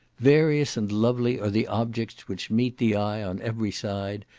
various and lovely are the objects which meet the eye on every side,